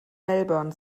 melbourne